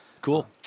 Cool